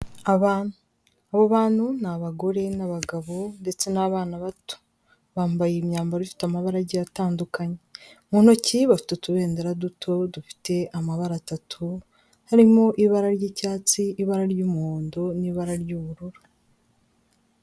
Abantu, abo bantu ni abagore n'abagabo ndetse n'abana bato, bambaye imyambaro ifite amabara agiye atandukanye, mu ntoki bafite utubendera duto dufite amabara atatu harimo ibara ry'icyatsi, ibara ry'umuhondo n'ibara ry'ubururu.